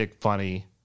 funny